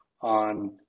on